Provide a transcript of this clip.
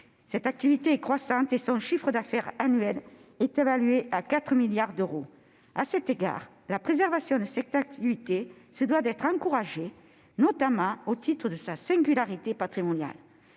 cette activité est en croissance et son chiffre d'affaires annuel est évalué à 4 milliards d'euros. Sa préservation doit donc être encouragée, notamment au titre de sa singularité patrimoniale.